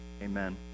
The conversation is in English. Amen